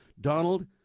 Donald